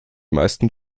meisten